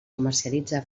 comercialitza